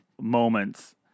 moments